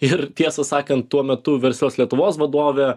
ir tiesą sakant tuo metu verslios lietuvos vadove